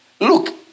look